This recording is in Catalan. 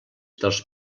dels